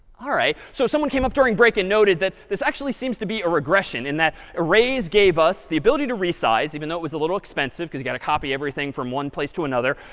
all right, so someone came up during break and noted that this actually seems to be a regression in that arrays gave us the ability to resize, even though it was a little expensive because you got to copy everything from one place to another.